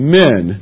men